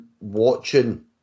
watching